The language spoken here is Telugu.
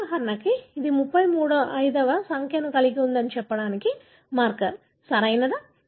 ఉదాహరణకు ఇది 35 వ సంఖ్యను కలిగి ఉందని చెప్పడానికి మార్కర్ సరియైనదా